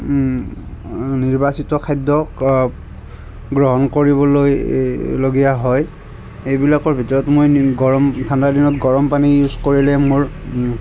নিৰ্বাচিত খাদ্যক গ্ৰহণ কৰিবলৈ লগীয়া হয় এইবিলাকৰ ভিতৰত মই গৰম ঠাণ্ডাদিনত গৰমপানী ইউজ কৰিলে মোৰ